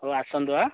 ହଉ ଆସନ୍ତୁ ଆ